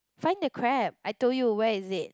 find the crab I told you where is it